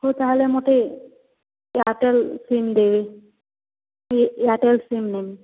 ହେଉ ତା ହେଲେ ମୋତେ ଏୟାରଟେଲ୍ ସିମ୍ ଦେବେ ଏହି ଏୟାରଟେଲ୍ ସିମ୍ ନେମି